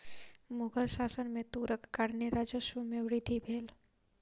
मुग़ल शासन में तूरक कारणेँ राजस्व में वृद्धि भेल